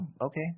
Okay